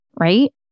right